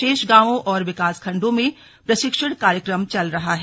शेष गांवों और विकासखण्डों में प्रशिक्षण कार्यक्रम चल रहा है